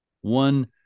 one